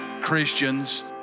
Christians